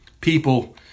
people